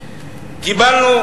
קיבלנו